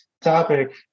topic